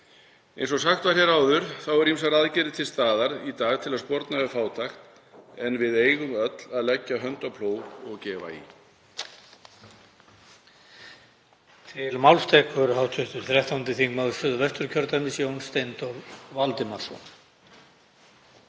Eins og sagt var hér áður eru ýmsar aðgerðir til staðar í dag til að sporna við fátækt en við eigum öll að leggja hönd á plóg og gefa í.